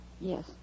Yes